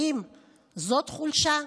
האם זאת חולשה?